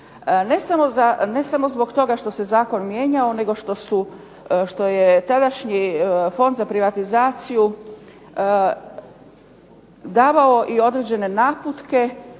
Ne samo zbog toga što se zakon mijenjao, nego što je tadašnji Fond za privatizaciju davao i određene naputke,